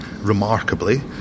remarkably